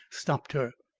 stopped her.